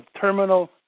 terminal